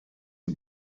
die